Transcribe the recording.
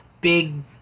big